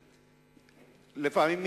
לפעמים,